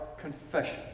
confession